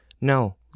no